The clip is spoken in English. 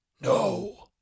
no